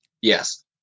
yes